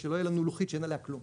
שלא תהיה לנו לוחית שאין עליה כלום,